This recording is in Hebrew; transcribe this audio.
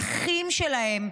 האחים שלהם,